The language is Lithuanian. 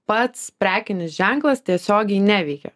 pats prekinis ženklas tiesiogiai neveikia